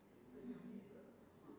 example